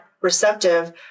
receptive